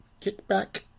kickback